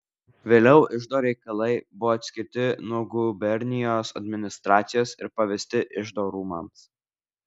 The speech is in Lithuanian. vėliau iždo reikalai buvo atskirti nuo gubernijos administracijos ir pavesti iždo rūmams